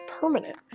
permanent